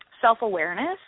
self-awareness